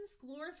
glorify